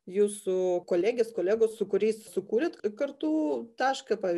jūsų kolegės kolegos su kuriais sukūrėt kartu tašką pavyzdžiui